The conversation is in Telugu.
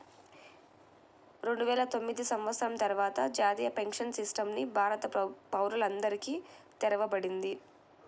రెండువేల తొమ్మిది సంవత్సరం తర్వాత జాతీయ పెన్షన్ సిస్టమ్ ని భారత పౌరులందరికీ తెరవబడింది